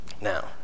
Now